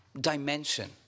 dimension